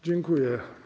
Dziękuję.